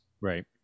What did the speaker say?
Right